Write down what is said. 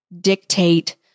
dictate